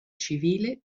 civile